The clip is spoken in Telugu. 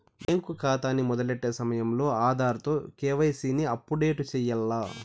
బ్యేంకు కాతాని మొదలెట్టే సమయంలో ఆధార్ తో కేవైసీని అప్పుడేటు సెయ్యాల్ల